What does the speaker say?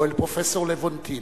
או אל פרופסור לבונטין,